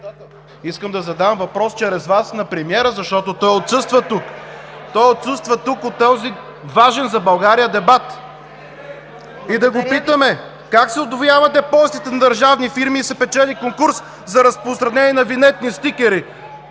искам да задам въпрос чрез Вас на премиера, защото той отсъства тук. Той отсъства от този важен за България дебат. Да го питаме: как се удвояват депозитите на държавни фирми и се печели конкурс за разпространение на винетни стикери?